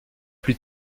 plus